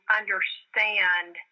understand